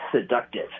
seductive